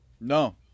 No